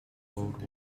world